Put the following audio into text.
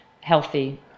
healthy